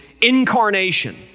incarnation